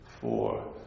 four